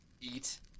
eat